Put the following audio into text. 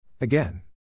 Again